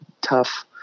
tough